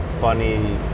funny